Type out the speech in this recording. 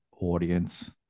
audience